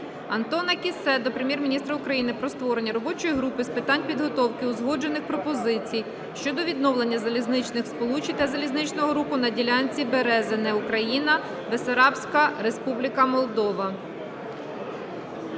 Антона Кіссе до Прем'єр-міністра України про створення робочої групи з питань підготовки узгоджених пропозицій щодо відновлення залізничних сполучень та залізничного руху на ділянці Березине (Україна) - Басарабяска (Республіка Молдова).